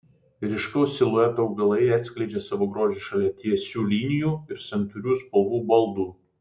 ryškaus silueto augalai atskleidžia savo grožį šalia tiesių linijų ir santūrių spalvų baldų